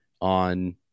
On